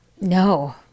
No